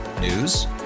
News